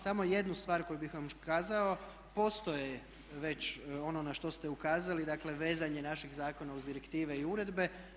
Samo jednu stvar koju bih vam kazao postoje već ono na što ste ukazali, dakle vezanje našeg zakona uz direktive i uredbe.